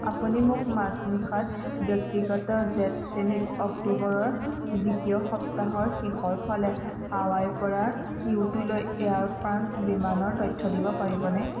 আপুনি মোক মাজনিশাত ব্যক্তিগত জেট শ্ৰেণীত অক্টোবৰৰ দ্বিতীয় সপ্তাহৰ শেষৰ ফালে হাৱাইৰ পৰা কিয়োটোলৈ এয়াৰ ফ্ৰাঞ্চ বিমানৰ তথ্য দিব পাৰিবনে